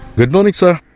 good morning sir